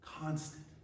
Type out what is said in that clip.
Constant